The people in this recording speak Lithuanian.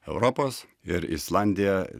europos ir islandija